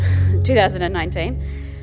2019